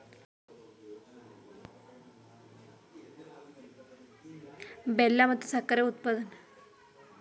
ಬೆಲ್ಲ ಮತ್ತು ಸಕ್ಕರೆ ಉತ್ಪಾದನೆಯಲ್ಲಿ ಬೇಕಾಗುವ ಮುಖ್ಯವಾದ್ ಕಚ್ಚಾ ವಸ್ತು ಕಬ್ಬಾಗಯ್ತೆ